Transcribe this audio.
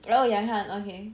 oh yanghan okay